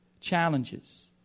challenges